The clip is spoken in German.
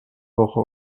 woche